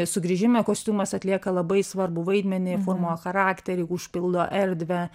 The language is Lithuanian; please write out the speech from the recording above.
sugrįžime kostiumas atlieka labai svarbų vaidmenį formuoja charakterį užpildo erdvę